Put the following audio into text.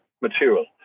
material